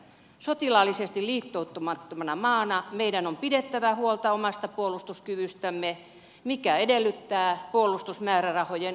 sotilaallisesti liittoutumattomana maana meidän on pidettävä huolta omasta puolustuskyvystämme mikä edellyttää puolustusmäärärahojen korottamista